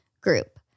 Group